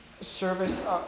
service